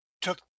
took